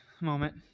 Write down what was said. moment